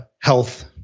health